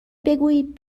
بگویید